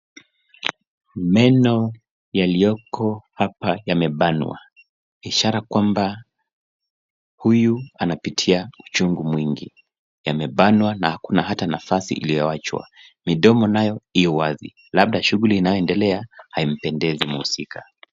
Meno yaliyoko hapa yamebanwa ishara kwamba huyu anapitia uchungu mwingi yamebanwa na hakuna ata nafasi iliyoachwa midomo nayo iwazi labda shughuli inayoendelea haimpendezi muusika.